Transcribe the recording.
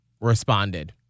responded